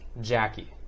Jackie